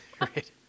Right